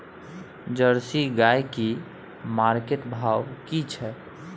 Jersey गाय की market भाव की छै?